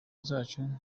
zacu